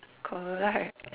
correct